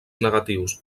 negatius